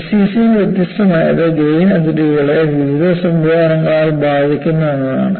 എസ്സിസിയിൽ വ്യത്യസ്തമായത് ഗ്രേൻ അതിരുകളെ വിവിധ സംവിധാനങ്ങളാൽ ബാധിക്കുന്നു എന്നതാണ്